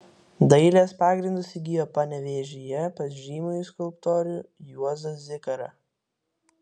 dailės pagrindus įgijo panevėžyje pas žymųjį skulptorių juozą zikarą